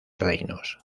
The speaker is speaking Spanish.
reinos